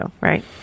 right